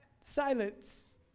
silence